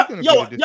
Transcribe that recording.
Yo